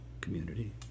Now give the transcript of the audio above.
community